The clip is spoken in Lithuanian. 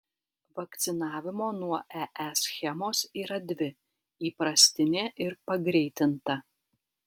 vakcinavimo nuo ee schemos yra dvi įprastinė ir pagreitinta